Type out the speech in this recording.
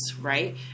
right